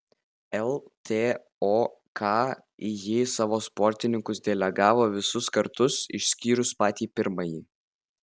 ltok į jį savo sportininkus delegavo visus kartus išskyrus patį pirmąjį